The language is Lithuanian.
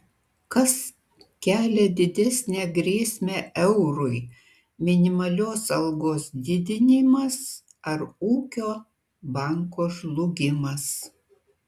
kas kelia didesnę grėsmę eurui minimalios algos didinimas ar ūkio banko žlugimas